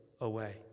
away